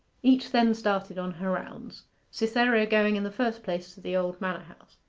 each then started on her rounds cytherea going in the first place to the old manor-house.